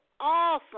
awesome